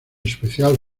especial